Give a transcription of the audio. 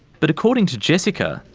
but according to jessica,